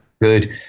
good